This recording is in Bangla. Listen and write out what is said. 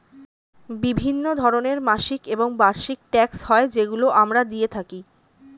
বিভিন্ন ধরনের মাসিক এবং বার্ষিক ট্যাক্স হয় যেগুলো আমরা দিয়ে থাকি